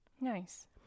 Nice